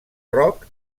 roc